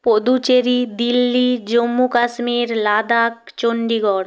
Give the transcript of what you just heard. Puducherry Delhi Jammu Kashmir Ladakh Chandigarh